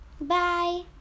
bye